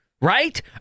right